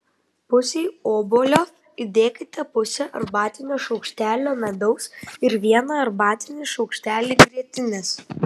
pusei obuolio įdėkite pusę arbatinio šaukštelio medaus ir vieną arbatinį šaukštelį grietinės